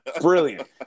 Brilliant